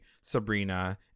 Sabrina